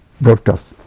broadcast